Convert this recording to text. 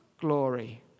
glory